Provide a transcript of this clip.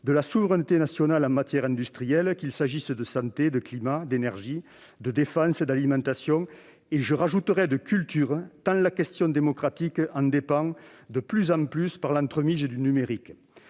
on le sait plus encore en 2021 qu'en 2019 -, qu'il s'agisse de santé, de climat, d'énergie, de défense, d'alimentation, et- je l'ajoute -de culture, tant la question démocratique en dépend de plus en plus par l'entremise du numérique.